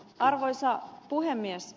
arvoisa puhemies